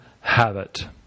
habit